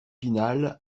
pinal